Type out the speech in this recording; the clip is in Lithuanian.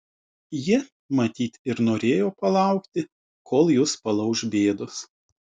ji matyt ir norėjo palaukti kol jus palauš bėdos